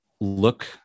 look